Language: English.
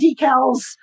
decals